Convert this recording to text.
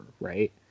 right